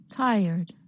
tired